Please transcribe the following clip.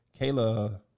Kayla